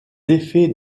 effets